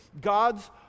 God's